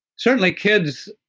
certainly kids